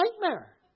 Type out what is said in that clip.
nightmare